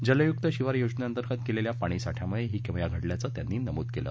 जलयुक्त शिवार योजनेंतर्गत केलेल्या पाणीसाठ्यामुळे ही किमया घडली असल्याचं त्यांनी नमूद केलं